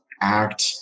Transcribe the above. ACT